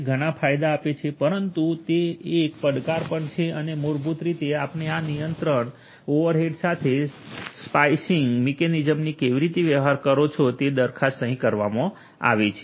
તે ઘણાં ફાયદા આપે છે પરંતુ તે એક પડકાર પણ છે અને મૂળભૂત રીતે આપણે આ નિયંત્રણ ઓવરહેડ સાથે સ્લાયસીંગ કાપવાની મિકેનિઝમથી કેવી રીતે વ્યવહાર કરો છો એ દરખાસ્ત અહીં કરવામાં આવી છે